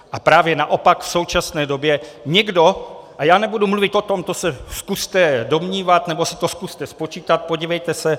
A právě naopak v současné době někdo a já nebudu mluvit o tom, to se zkuste domnívat, nebo si to zkuste spočítat, podívejte se.